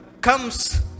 comes